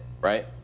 right